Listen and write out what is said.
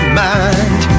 mind